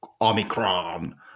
Omicron